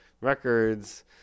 records